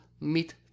meet